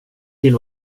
till